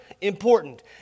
important